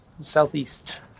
Southeast